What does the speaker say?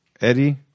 Eddie